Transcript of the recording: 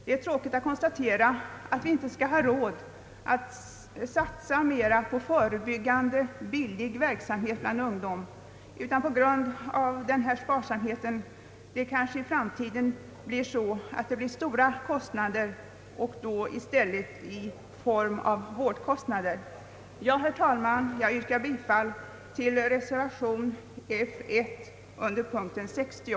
Det är tråkigt att konstatera att vi inte skall ha råd att satsa på förebyggande billig verksamhet bland ungdom, utan att denna sparsamhet kanske i framtiden kommer att medföra stora utgifter, då i stället i form av vårdkostnader. Herr talman! Jag ber att få yrka bifall till reservation 1 under punkten 60.